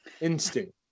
Instinct